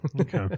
Okay